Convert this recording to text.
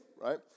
right